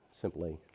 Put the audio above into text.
simply